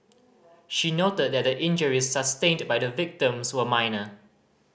she noted that the injuries sustained by the victims were minor